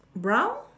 brown